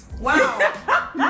Wow